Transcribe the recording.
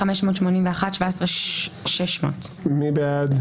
17,221 עד 17,240. מי בעד?